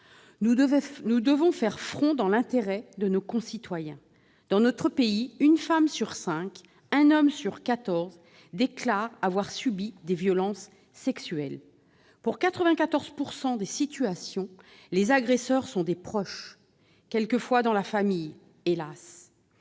Nous devons faire front dans l'intérêt de nos concitoyens. Dans notre pays, une femme sur cinq et un homme sur quatorze déclarent avoir subi des violences sexuelles. Dans 94 % des cas, les agresseurs sont des proches, parfois même des membres de la famille, hélas